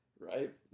Right